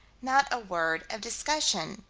not a word of discussion.